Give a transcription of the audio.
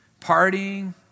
partying